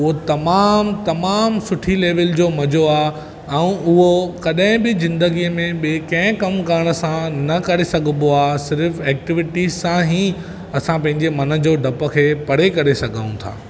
उहो तमामु तमामु सुठी लेवल जो मज़ो आहे ऐं उहो कॾहिं बि ज़िंदगीअ में ॿिए कंहिं कम करण सां न करे सघिबो आहे सिर्फ़ एक्टिविटीस सां ई असां पंहिंजे मन जे डप खे परे करे सघूं था